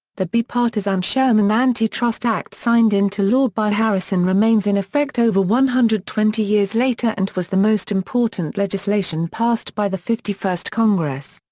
the bi-partisan sherman anti-trust act signed into law by harrison remains in effect over one hundred and twenty years later and was the most important legislation passed by the fifty-first congress.